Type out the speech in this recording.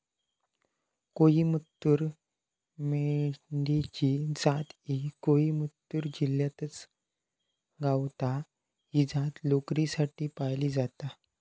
कोईमतूर मेंढी ची जात ही कोईमतूर जिल्ह्यातच गावता, ही जात लोकरीसाठी पाळली जाता